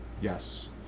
yes